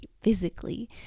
physically